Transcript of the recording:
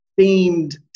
themed